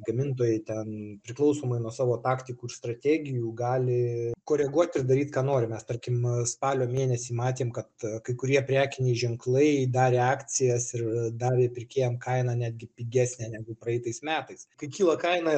gamintojai ten priklausomai nuo savo taktikų ir strategijų gali koreguot ir daryt ką nori mes tarkim spalio mėnesį matėm kad kai kurie prekiniai ženklai darė akcijas ir davė pirkėjam kainą netgi pigesnę negu praeitais metais kai kyla kaina